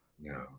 No